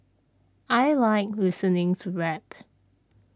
I like listening to rap